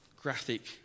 graphic